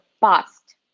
past